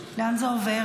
חובת דיווח),